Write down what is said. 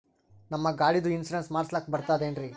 ನಮ್ಮ ಗಾಡಿದು ಇನ್ಸೂರೆನ್ಸ್ ಮಾಡಸ್ಲಾಕ ಬರ್ತದೇನ್ರಿ?